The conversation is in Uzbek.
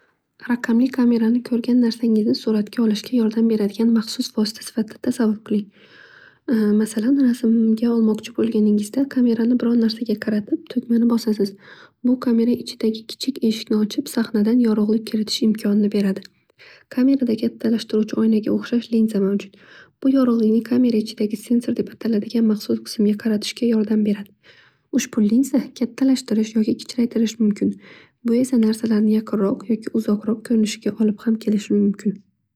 Raqamli kamerani ko'rgan narsangizni suratga olishga yordam beradigan maxsus vosita sifatida tasavvur qiling. Masalan rasmga olmoqchi bo'lganingizda kamerani biror narsaga qaratib tugmani bosasiz bu kamera ichidagi kichik eshikni ochib sahnadan yorug'lik kiritishni imkonini beradi. Kamerada kattalashtiruvchi oynaga oxshash linza mavjud. Bu yorug'likni kamera ichidagi sensor deb ataladigan maxsus qismga qaratishga yordam beradi. Ushbu linza kattalashtirish yoki kichraytirishi mumkin. Bu esa narsalarni yaqinroq yoki uzoqroq ko'rinishiga ham olib kelishi mumkin.